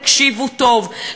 תקשיבו טוב,